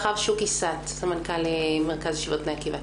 אחריו שוקי סת, סמנכ"ל מרכז ישיבות בני עקיבא.